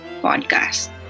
podcast